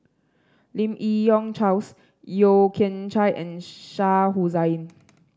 Lim Yi Yong Charles Yeo Kian Chai and Shah Hussain